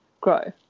grow